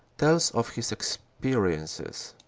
tells of his experiences.